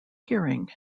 hearing